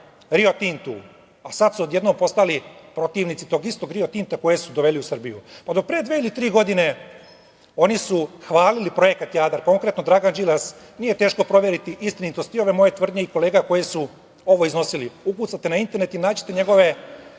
„Rio Tintu“, a sad su odjednom postali protivnici tog istog „Rio Tinta“ kojeg su doveli u Srbiju. Do pre dve ili tri godine oni su hvalili projekat Jadar, konkretno Dragan Đilas. Nije teško proveriti istinitost i ove moje i tvrdnji kolega koji su ovo iznosili. Ukucate na internetu i naći ćete njegove